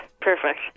perfect